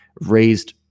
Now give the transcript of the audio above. raised